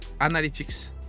analytics